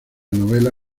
novela